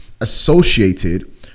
associated